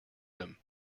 them